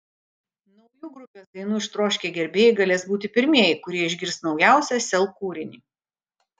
naujų grupės dainų ištroškę gerbėjai galės būti pirmieji kurie išgirs naujausią sel kūrinį